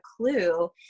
clue